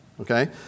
Okay